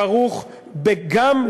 כרוך גם,